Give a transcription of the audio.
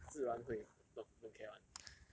你自然会 don't don't care [one]